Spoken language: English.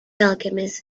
alchemist